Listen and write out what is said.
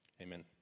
Amen